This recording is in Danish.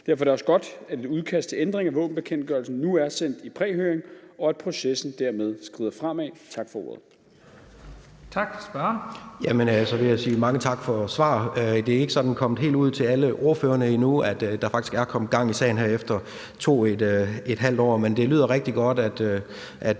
Derfor er det også godt, at et udkast til ændring af våbenbekendtgørelsen nu er sendt i præhøring, og at processen dermed skrider fremad. Tak for ordet.